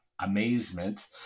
amazement